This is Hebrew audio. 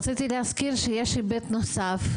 רציתי להזכיר שיש היבט נוסף,